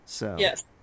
Yes